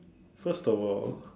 first of all